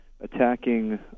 attacking